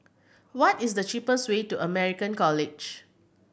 what is the cheapest way to American College